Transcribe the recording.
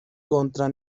contra